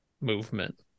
movement